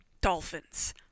dolphins